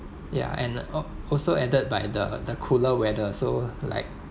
ya and al~ also added by the the cooler weather so like